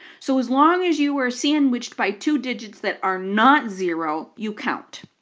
so as long as you are sandwiched by two digits that are not zero, you count.